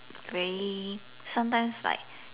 very sometimes like